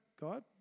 God